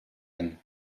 him